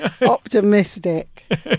optimistic